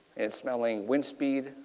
and smelling wind speed,